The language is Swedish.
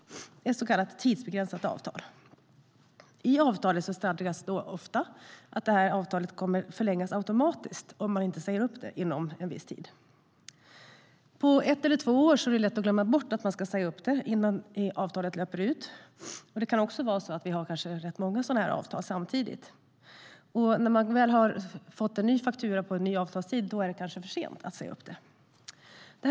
Det är alltså ett så kallat tidsbegränsat avtal. I avtalet stadgas ofta att det kommer att förlängas automatiskt om man inte säger upp det inom en viss tid. På ett år eller två år är det lätt att glömma bort att man ska säga upp avtalet innan det löper ut. Man kan också ha ganska många sådana avtal samtidigt. Och när man väl har fått en faktura på en ny avtalstid är det kanske för sent att säga upp avtalet.